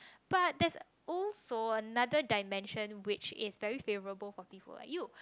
but that's also another dimension which is very favorable for people like you